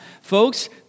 Folks